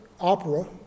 opera